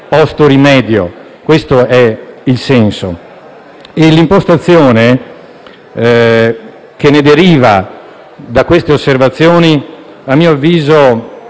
Questo è il senso